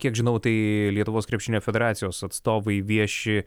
kiek žinau tai lietuvos krepšinio federacijos atstovai vieši